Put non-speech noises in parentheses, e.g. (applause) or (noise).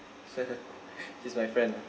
(laughs) he's my friend lah